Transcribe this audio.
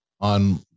on